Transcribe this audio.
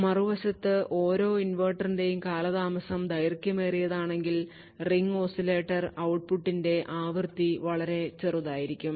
മറുവശത്ത് ഓരോ ഇൻവെർട്ടറിന്റെയും കാലതാമസം ദൈർഘ്യമേറിയതാണെങ്കിൽ റിംഗ് ഓസിലേറ്റർ ഔട്ട്പുട്ടിന്റെ ആവൃത്തി വളരെ ചെറുതായിരിക്കും